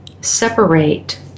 separate